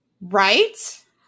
Right